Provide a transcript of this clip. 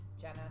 Jenna